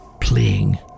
playing